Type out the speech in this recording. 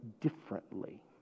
differently